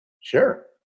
Sure